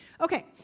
Okay